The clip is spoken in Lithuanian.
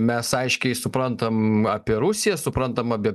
mes aiškiai suprantam apie rusiją suprantam apie